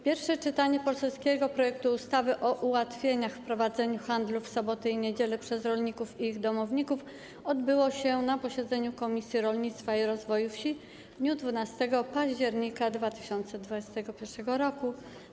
Pierwsze czytanie poselskiego projektu ustawy o ułatwieniach w prowadzeniu handlu w soboty i niedziele przez rolników i ich domowników odbyło się na posiedzeniu Komisji Rolnictwa i Rozwoju Wsi w dniu 12 października 2021 r.